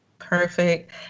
Perfect